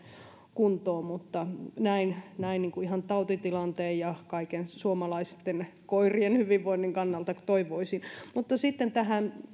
kuntoon näin näin ihan tautitilanteen ja kaikkien suomalaisten koirien hyvinvoinnin kannalta toivoisin sitten tähän